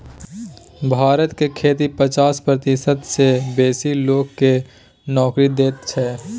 भारत के खेती पचास प्रतिशत सँ बेसी लोक केँ नोकरी दैत छै